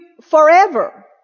forever